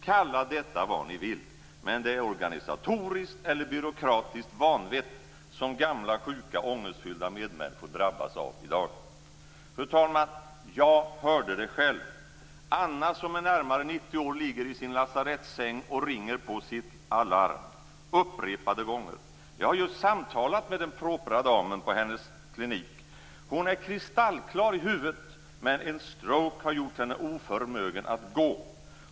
Kalla det vad ni vill, men det är organisatoriskt eller byråkratiskt vanvett som gamla, sjuka och ångestfyllda medmänniskor drabbas av i dag. Fru talman! Jag hörde det själv: Anna, som är närmare 90 år, ligger i sin lasarettssäng och ringer på sitt alarm upprepade gånger. Jag har just samtalat med den propra damen på hennes klinik. Hon är kristallklar i huvudet, men en stroke har gjort henne oförmögen att gå.